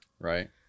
right